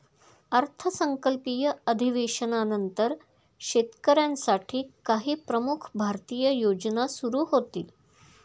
अर्थसंकल्पीय अधिवेशनानंतर शेतकऱ्यांसाठी काही प्रमुख भारतीय योजना सुरू होतील